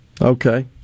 Okay